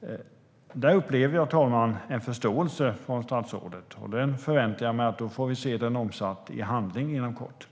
I detta upplever jag, fru talman, en förståelse från statsrådet, och den förväntar jag mig se omsatt i handling inom kort.